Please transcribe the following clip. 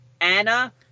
Anna